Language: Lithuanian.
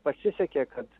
pasisekė kad